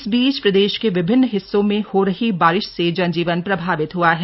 इस बीच प्रदेश के विभिन्न हिस्सों में हो रही बारिश से जनजीवन प्रभावित हुआ है